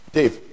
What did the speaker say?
Dave